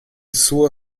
suo